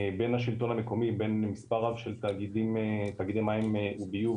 בין השלטון המקומי לבין מספר רב של תאגידי מים וביוב